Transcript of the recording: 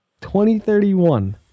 2031